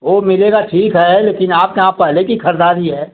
वो मिलेगा ठीक है लेकिन आपके यहाँ पहले की खरीदारी है